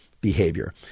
behavior